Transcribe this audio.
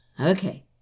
Okay